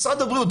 משרד הבריאות,